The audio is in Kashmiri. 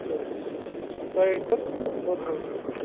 حظ تۄہہِ کٕژ چھُو